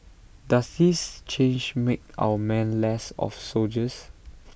does this change make our men less of soldiers